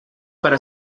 para